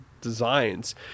designs